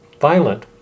violent